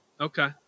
Okay